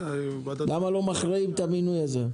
למה לא מכריעים את המינוי הזה?